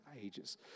ages